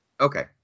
Okay